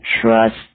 trust